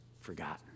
forgotten